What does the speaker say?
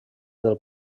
del